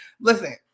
Listen